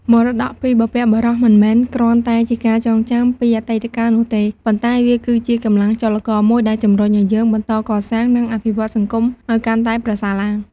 មរតកពីបុព្វបុរសមិនមែនគ្រាន់តែជាការចងចាំពីអតីតកាលនោះទេ ប៉ុន្តែវាគឺជាកម្លាំងចលករមួយដែលជំរុញឲ្យយើងបន្តកសាង និងអភិវឌ្ឍន៍សង្គមឲ្យកាន់តែប្រសើរឡើង។